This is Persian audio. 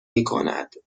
میکند